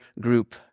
group